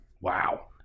Wow